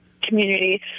community